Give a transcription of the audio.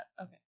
Okay